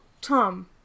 Tom